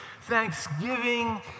thanksgiving